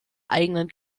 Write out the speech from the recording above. eigenen